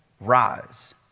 rise